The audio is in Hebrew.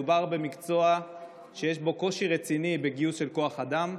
מדובר במקצוע שיש בו קושי רציני בגיוס כוח אדם,